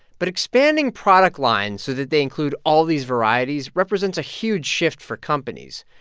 but expanding product lines so that they include all these varieties represents a huge shift for companies.